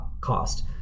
cost